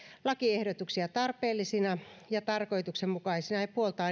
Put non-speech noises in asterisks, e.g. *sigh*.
lakiehdotuksia tarpeellisina ja tarkoituksenmukaisina ja puoltaa *unintelligible*